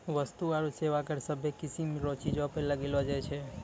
वस्तु आरू सेवा कर सभ्भे किसीम रो चीजो पर लगैलो जाय छै